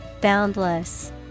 Boundless